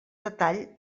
detall